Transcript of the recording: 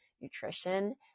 nutrition